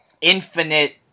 infinite